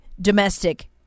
domestic